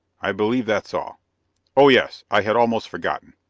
i believe that's all oh, yes! i had almost forgotten.